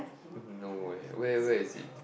no eh where where is it